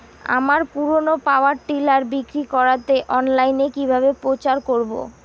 আমার পুরনো power tiller বিক্রি করাতে অনলাইনে কিভাবে প্রচার করব?